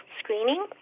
screening